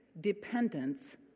dependence